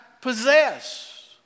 Possess